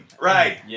Right